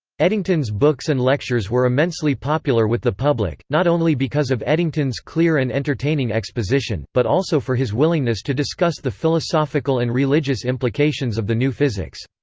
eddington's books and lectures were immensely popular with the public, not only because of eddington's clear and entertaining exposition, exposition, but also for his willingness to discuss the philosophical and religious implications of the new physics.